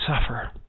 suffer